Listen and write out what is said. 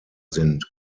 sind